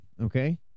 okay